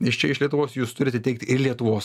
iš čia iš lietuvos jūs turite teikti ir lietuvos